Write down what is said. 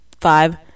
five